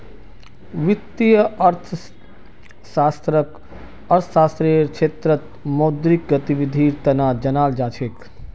वित्तीय अर्थशास्त्ररक अर्थशास्त्ररेर क्षेत्रत मौद्रिक गतिविधीर तना जानाल जा छेक